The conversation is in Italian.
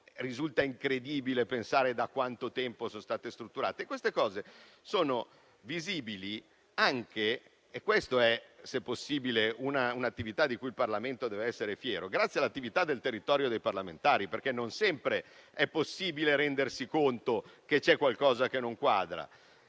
risulta incredibile pensare da quanto tempo sono state strutturate. Queste cose sono visibili - e questa è, se possibile, un'attività di cui il Parlamento deve essere fiero - grazie all'attività dei parlamentari sul territorio, perché non sempre è possibile rendersi conto che qualcosa non quadra.